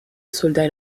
soldats